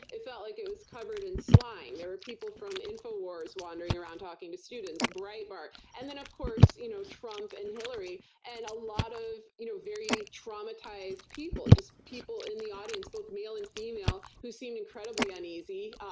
it felt like it was covered in slime. there were people from infowars wandering around talking to students, breitbart. and then, of course, you know trump and hilary, and a lot of you know very traumatized people, just people in the audience, both male and female, who seemed incredibly uneasy.